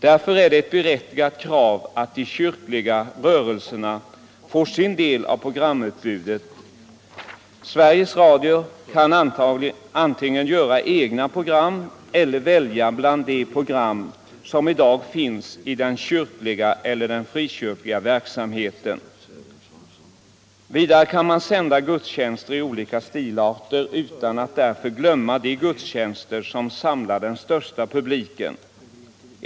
Därför är det ett berättigat krav att de kyrkliga rörelserna får sin del av programutbudet. Sveriges Radio kan antingen göra egna program eller välja bland de program som i dag finns i den kyrkliga eller frikyrkliga verksamheten. Vidare kan man sända gudstjänster i olika stilarter utan att man därför glömmer de gudstjänster som samlar den största publiken.